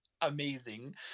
amazing